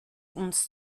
uns